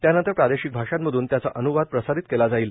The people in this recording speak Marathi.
त्यानंतर प्रादेशिक भाषांमधून त्याचा अन्वाद प्रसारित केला जाईल